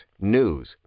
news